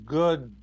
good